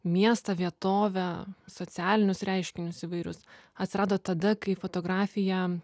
miestą vietovę socialinius reiškinius įvairius atsirado tada kai fotografija